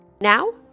Now